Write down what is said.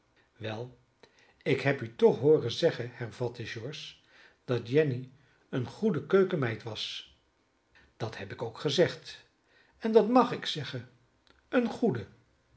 wel ik heb u toch hooren zeggen hervatte george dat jenny eene goede keukenmeid was dat heb ik ook gezegd en dat mag ik zeggen een goeden